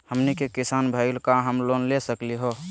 हमनी के किसान भईल, का हम लोन ले सकली हो?